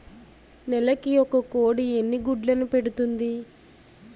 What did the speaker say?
నెలకి ఒక కోడి ఎన్ని గుడ్లను పెడుతుంది?